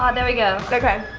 um there. we go, okay